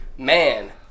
man